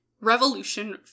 revolution